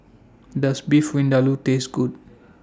Does Beef Vindaloo Taste Good